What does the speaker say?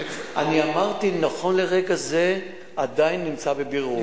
אני אמרתי, נכון לרגע זה זה עדיין נמצא בבירור.